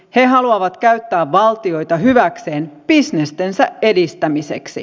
he haluavat käyttää valtioita hyväkseen bisnestensä edistämiseksi